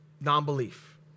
non-belief